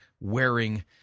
wearing